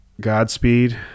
Godspeed